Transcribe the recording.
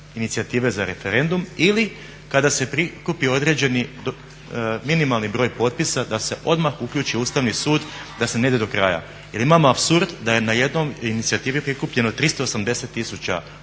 inicijative za referendum ili kada se prikupi određeni minimalni broj potpisa da se odmah uključi Ustavni sud da se ne ide do kraja. Jer imao apsurd da je na jednoj inicijativi prikupljeno 380 000